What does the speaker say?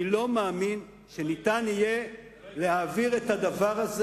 אני לא מאמין שניתן יהיה להעביר את הדבר הזה.